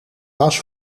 was